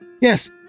Yes